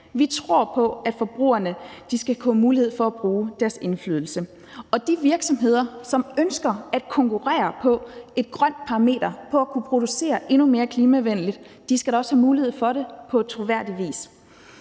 Vi tror på, at forbrugerne skal kunne have mulighed for at bruge deres indflydelse, og at de virksomheder, som ønsker at konkurrere på et grønt parameter, på at kunne producere endnu mere klimavenligt, da også skal have mulighed for det på troværdig vis.